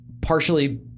partially